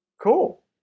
cool